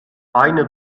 aynı